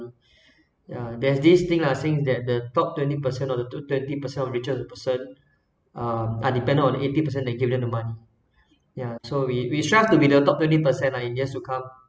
ya there's this thing lah saying that the top twenty percent of the thirty percent of richest person uh are depend on eighty percent they give them the money yeah so we we strive to be the top twenty percent lah in years to come